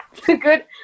Good